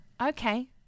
Okay